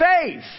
faith